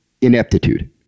ineptitude